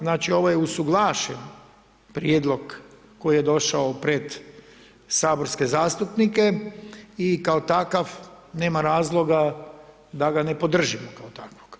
Znači ovdje usuglašen prijedlog koji je došao pred saborske zastupnike i kao takav nema razloga da ga ne podržimo kao takvog.